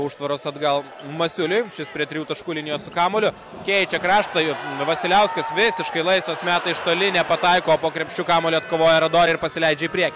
užtvaros atgal masiuliui šis prie trijų taškų linijos su kamuoliu keičia kraštą jų vasiliauskas visiškai laisvas meta iš toli nepataiko o po krepšiu kamuolį atkovoja radori ir pasileidžia į priekį